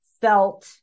felt